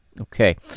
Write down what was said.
Okay